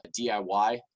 diy